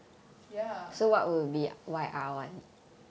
ya